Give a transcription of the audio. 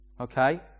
Okay